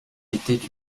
étaient